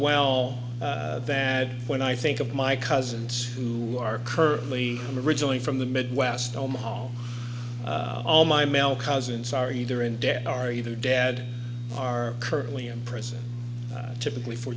well that when i think of my cousins who are currently i'm originally from the midwest omaha all my male cousins are either in debt are you dad are currently in prison typically for